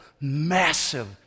massive